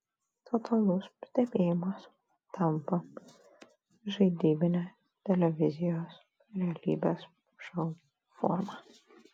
totalus stebėjimas tampa žaidybine televizijos realybės šou forma